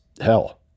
hell